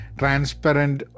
transparent